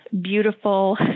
beautiful